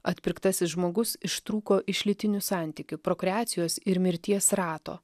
atpirktasis žmogus ištrūko iš lytinių santykių prokreacijos ir mirties rato